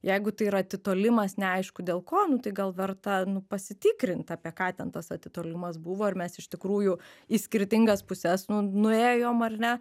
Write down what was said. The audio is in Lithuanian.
jeigu tai yra atitolimas neaišku dėl ko nu tai gal verta nu pasitikrint apie ką ten tas atitolimas buvo ir mes iš tikrųjų į skirtingas puses nu nuėjom ar ne